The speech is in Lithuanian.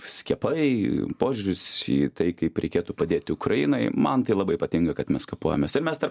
skiepai požiūris į tai kaip reikėtų padėti ukrainai man tai labai patinka kad mes kapojomės ir mes dar